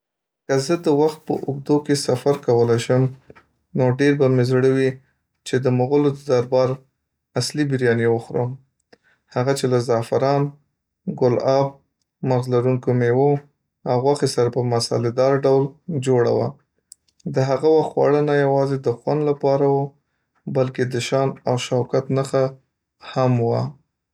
که زه د وخت په اوږدو کې سفر کولی شم، نو ډېر به مې زړه وي چې د مغلو د دربار اصلي بُرياني وخورم، هغه چې له زعفران، ګل‌اب، مغز لرونکو مېوو، او غوښې سره په مسالې دار ډول جوړه وه. د هغه وخت خواړه نه یوازې د خوند لپاره وو، بلکې دشان او شوکت نښه هم وه.